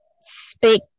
speak